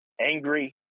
angry